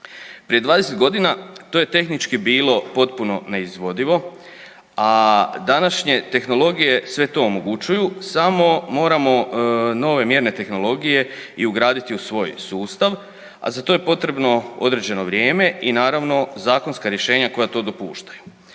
Prije 20.g. to je tehnički bilo potpuno neizvodivo, a današnje tehnologije sve to omogućuju samo moramo nove mjerne tehnologije i ugraditi u svoj sustav, a za to je potrebno određeno vrijeme i naravno zakonska rješenja koja to dopuštaju.